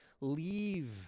Leave